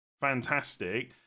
fantastic